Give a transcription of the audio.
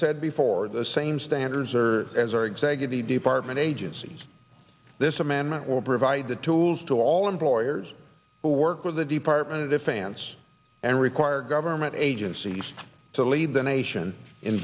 said before the same standards or as our executive department agencies this amendment will provide the tools to all employers who work with the department of defense and require government agencies to lead the nation in